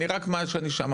רק מה ששמעתי.